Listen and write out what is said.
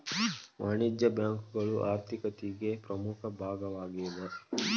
ವಾಣಿಜ್ಯ ಬ್ಯಾಂಕುಗಳು ಆರ್ಥಿಕತಿಗೆ ಪ್ರಮುಖ ಭಾಗವಾಗೇದ